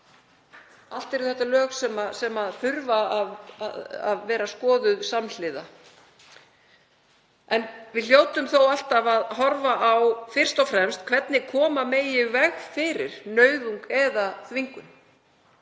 allt eru það lög sem þarf að skoða samhliða. En við hljótum þó alltaf að horfa fyrst og fremst á hvernig koma megi í veg fyrir nauðung eða þvingun.